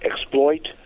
exploit